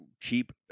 keep